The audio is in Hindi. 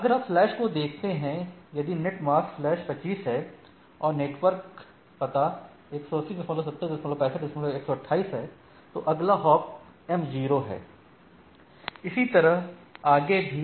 अगर आप स्लैश को देखते हैं यदि नेट मास्क स्लैश 25 है और नेटवर्क पता 1807065128 है तो अगला हॉप m0 है इसी तरह आगे भी